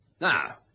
Now